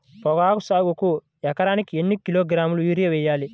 పొగాకు సాగుకు ఎకరానికి ఎన్ని కిలోగ్రాముల యూరియా వేయాలి?